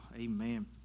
Amen